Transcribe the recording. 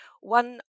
one